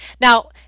now